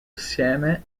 assieme